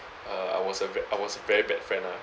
uh I was a v~ I was a very bad friend lah